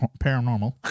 paranormal